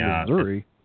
Missouri